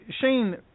Shane